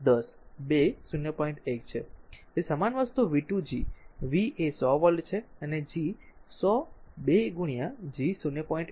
તેથી તે સમાન વસ્તુ v2 G v એ 100 વોલ્ટ છે અને G 100 2 G 0